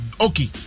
Okay